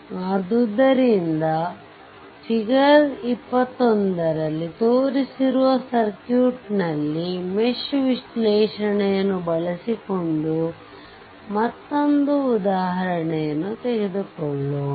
ಆದ್ದರಿಂದ ಫಿಗರ್ 21 ರಲ್ಲಿ ತೋರಿಸಿರುವ ಸರ್ಕ್ಯೂಟ್ನಲ್ಲಿ ಮೆಶ್ ವಿಶ್ಲೇಷಣೆಯನ್ನು ಬಳಸಿಕೊಂಡು ಮತ್ತೊಂದು ಉದಾಹರಣೆಯನ್ನು ತೆಗೆದುಕೊಳ್ಳೋಣ